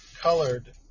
colored